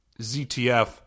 ZTF